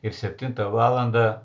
ir septintą valandą